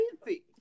crazy